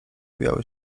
białe